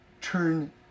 turn